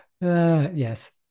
Yes